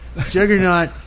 Juggernaut